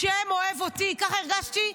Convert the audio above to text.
השם אוהב אותי, ככה הרגשתי.